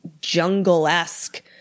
jungle-esque